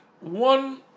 one